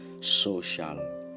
social